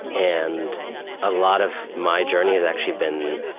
and a lot of my journey has actually been